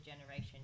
generation